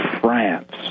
France